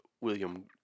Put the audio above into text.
William